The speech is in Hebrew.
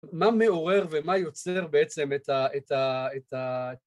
מה מעורר ומה יוצר בעצם את ה...